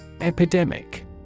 Epidemic